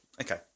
okay